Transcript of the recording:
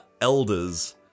elders